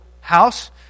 house